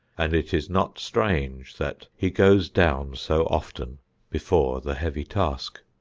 and it is not strange that he goes down so often before the heavy task.